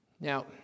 Now